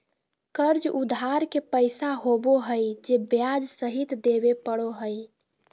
कर्ज उधार के पैसा होबो हइ जे ब्याज सहित देबे पड़ो हइ